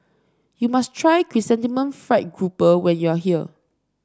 you must try Chrysanthemum Fried Grouper when you are here